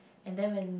and then when